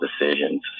decisions